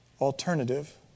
alternative